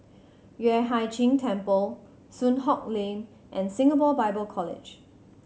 Yueh Hai Ching Temple Soon Hock Lane and Singapore Bible College